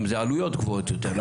אם זה עלויות גבוהות יותר,